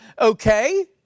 okay